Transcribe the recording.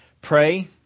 Pray